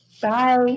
Bye